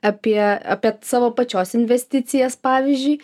apie apie savo pačios investicijas pavyzdžiui